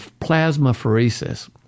plasmapheresis